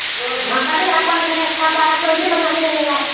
मकड़ी आपन रेशा बड़ा जल्दी बना देवला